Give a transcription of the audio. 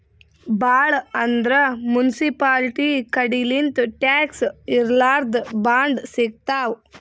ಭಾಳ್ ಅಂದ್ರ ಮುನ್ಸಿಪಾಲ್ಟಿ ಕಡಿಲಿಂತ್ ಟ್ಯಾಕ್ಸ್ ಇರ್ಲಾರ್ದ್ ಬಾಂಡ್ ಸಿಗ್ತಾವ್